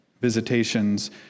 visitations